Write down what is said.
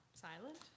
Silent